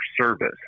service